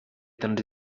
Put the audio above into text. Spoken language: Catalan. tants